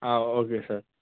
okay sir